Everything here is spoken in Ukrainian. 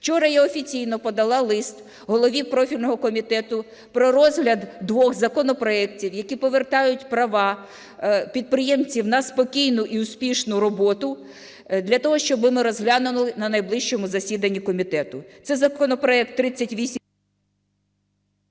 Вчора я офіційно подала лист голові профільного комітету про розгляд двох законопроектів, які повертають права підприємців на спокійну і успішну роботу, для того, щоб розглянули на найближчому засіданні комітету. Це законопроект…